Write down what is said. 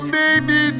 baby